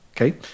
Okay